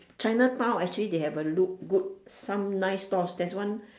chinatown actually they have a look good some nice stores there's one